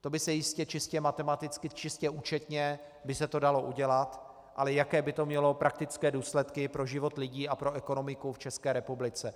To by se jistě čistě matematicky, čistě účetně dalo udělat, ale jaké by to mělo praktické důsledky pro život lidí a pro ekonomiku v České republice.